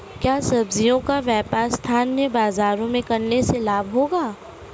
क्या सब्ज़ियों का व्यापार स्थानीय बाज़ारों में करने से लाभ होगा?